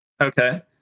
okay